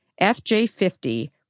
FJ50